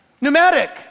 pneumatic